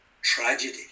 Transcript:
tragedy